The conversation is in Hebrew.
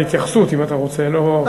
זאת התייחסות, אם אתה רוצה, לא שאלה.